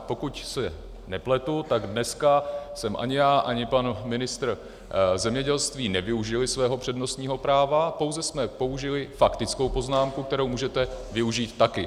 Pokud se nepletu, tak dneska jsme ani já, ani pan ministr zemědělství nevyužili svého přednostního práva, pouze jsme použili faktickou poznámku, kterou můžete využít taky.